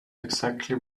exactly